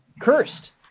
cursed